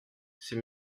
c’est